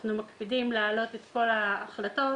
אנחנו מקפידים להעלות את כל ההחלטות